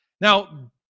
Now